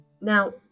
Now